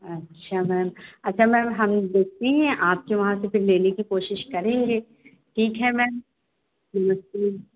अच्छा मैम अच्छा मैम हम देखते हैं आपके वहाँ से फिर लेने की कोशिश करेंगे ठीक है मैम नमस्ते